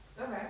Okay